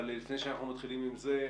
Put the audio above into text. לפני שאנחנו מתחילים עם זה,